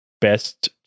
best